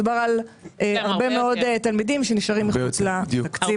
מדובר על הרבה מאוד תלמידים שנשארים מחוץ לתקציב.